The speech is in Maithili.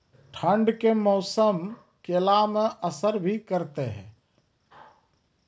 ठंड के मौसम केला मैं असर भी करते हैं?